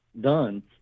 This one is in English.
done